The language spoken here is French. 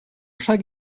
chaque